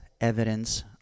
evidence